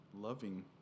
loving